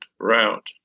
route